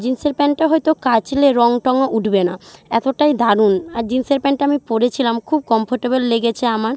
জিনসের প্যান্টটা হয়তো কাচলে রং টংও উঠবে না এতটাই দারুণ আর জিনসের প্যান্টটা আমি পরেছিলাম খুব কমফর্টেবল লেগেছে আমার